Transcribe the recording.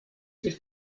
sich